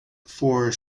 for